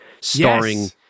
starring